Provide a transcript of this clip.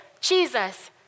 Jesus